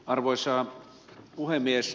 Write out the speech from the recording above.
arvoisa puhemies